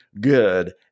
good